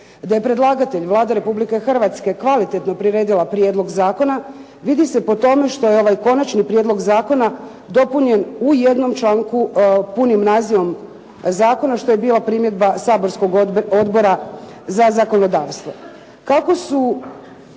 Da je predlagatelj Vlada Republike Hrvatske kvalitetno priredila prijedlog zakona, vidi se po tome što je ovaj konačni prijedlog zakona dopunjen u jednom članku punim nazivom zakona što je bila primjedba saborskog Odbora za zakonodavstvo. Kako su